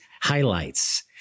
highlights